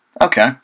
Okay